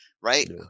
right